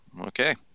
Okay